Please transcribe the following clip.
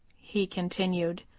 he continued,